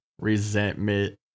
resentment